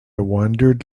wandered